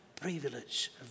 privilege